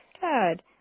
Good